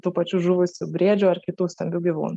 tų pačių žuvusių briedžių ar kitų stambių gyvūnų